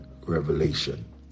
revelation